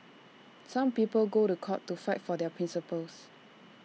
some people go to court to fight for their principles